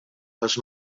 les